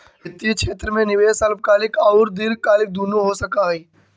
वित्तीय क्षेत्र में निवेश अल्पकालिक औउर दीर्घकालिक दुनो हो सकऽ हई